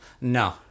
No